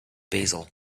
basil